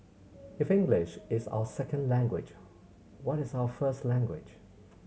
if English is our second language what is our first language